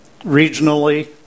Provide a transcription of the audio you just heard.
regionally